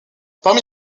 parmi